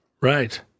Right